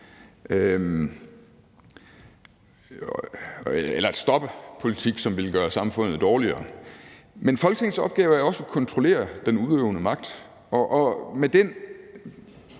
eller at stoppe politik, som ville gøre samfundet dårligere. Men Folketingets opgave er også at kontrollere den udøvende magt, og med den